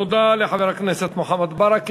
תודה לחבר הכנסת מוחמד ברכה.